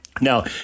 Now